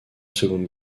seconde